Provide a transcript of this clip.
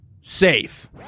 Safe